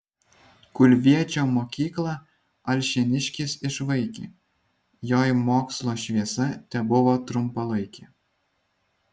kulviečio mokyklą alšėniškis išvaikė joj mokslo šviesa tebuvo trumpalaikė